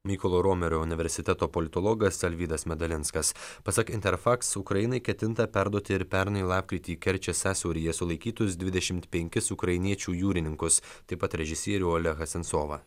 mykolo romerio universiteto politologas alvydas medalinskas pasak interfax ukrainai ketinta perduoti ir pernai lapkritį kerčės sąsiauryje sulaikytus dvidešimt penkis ukrainiečių jūrininkus taip pat režisierių olehą sensovą